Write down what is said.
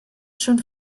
schon